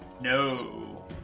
No